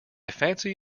fancy